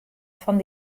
fan